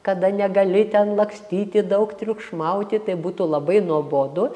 kada negali ten lakstyti daug triukšmauti tai būtų labai nuobodu